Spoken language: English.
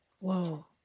whoa